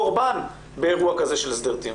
הרבה פעמים זה קורה בין קורבן שיכור למתלוננת,